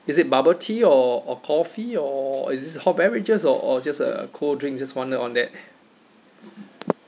is it bubble tea or or coffee or is this the hot beverages or or just a cold drink just wonder on that